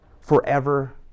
forever